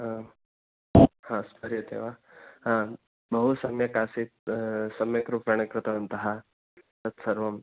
स्मर्यते वा बहु सम्यक् आसीत् सम्यक् रूपेण कृतवन्तः तत् सर्वं